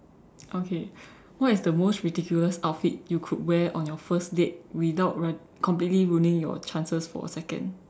okay what is the most ridiculous outfit you could wear on your first date without run completely ruining your chances for a second